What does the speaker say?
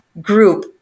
group